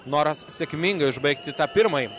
noras sėkmingai užbaigti tą pirmąjį